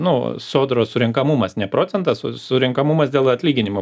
nu sodros surenkamumas ne procentas surenkamumas dėl atlyginimo